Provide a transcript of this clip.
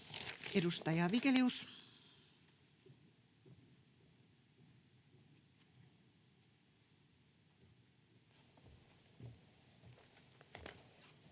Edustaja Vigelius,